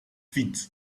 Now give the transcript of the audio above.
feet